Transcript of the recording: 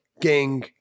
gang